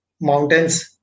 mountains